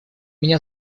меня